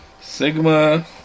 Sigma